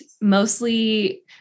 mostly